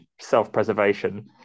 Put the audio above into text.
self-preservation